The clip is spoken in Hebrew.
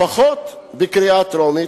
לפחות בקריאה טרומית,